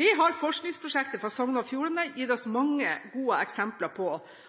Det har forskningsprosjektet fra Sogn og Fjordane gitt oss